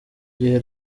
gihe